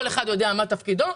כל אחד יודע מה תפקידו,